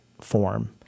form